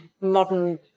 modern